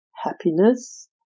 happiness